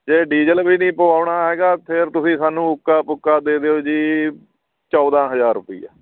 ਜੇ ਡੀਜ਼ਲ ਵੀ ਨਹੀਂ ਪਵਾਉਣਾ ਹੈਗਾ ਫਿਰ ਤੁਸੀਂ ਸਾਨੂੰ ਉੱਕਾ ਪੁੱਕਾ ਦੇ ਦਿਓ ਜੀ ਚੌਦ੍ਹਾਂ ਹਜ਼ਾਰ ਰੁਪਿਆ